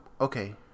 okay